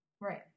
right